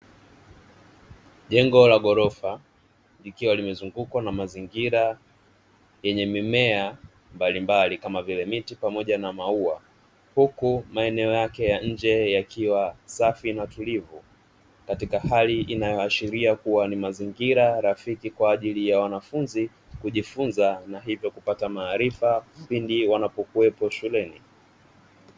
Jengo la ghorofa likiwa limezungukwa na mazingira yenye mimea mbalimbali kama vile: miti pamoja na maua, huku maeneo yake ya nje yakiwa safi na utulivu katika hali inayo ashiria kuwa ni mazingira rafiki kwaajili ya wanafunzi kujifunza na hivyo kupata maarifa kipindi wanapokuwepo shuleni.